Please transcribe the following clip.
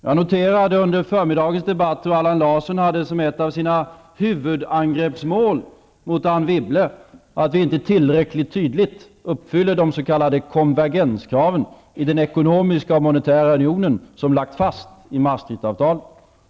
Jag noterade under förmiddagens debatt hur Allan Larsson hade som ett av sina huvudangreppsmål mot Anne Wibble att vi inte tillräckligt tydligt uppfyller de s.k. konvergenskraven i den ekonomiska och monetära unionen som lagts fast i Maastrichtavtalet.